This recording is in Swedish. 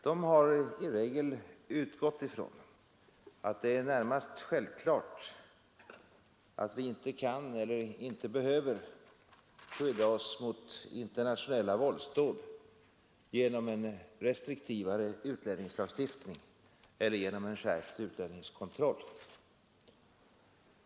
De har i regel utgått från att det är närmast självklart att vi inte kan eller inte behöver skydda oss mot internationella våldsdåd genom en restriktivare utlänningslagstiftning eller genom en skärpt utlänningskontroll.